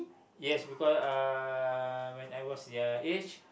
yes because uh when I was their age